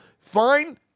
Fine